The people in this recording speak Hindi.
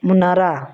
मुनारा